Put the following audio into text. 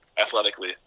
athletically